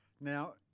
Now